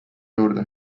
juurde